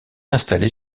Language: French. installée